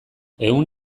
ehun